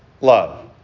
love